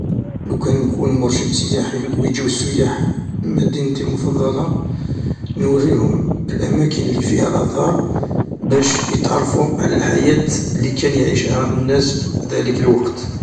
لأوكان نكون مرشد سياحي و يجو السياح لمدينتي المفضلة نوريلهم الأماكن اللي فيها آثار باش يتعرفو على الحياة اللي كان يعيشها الناس في ذلك الوقت.